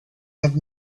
have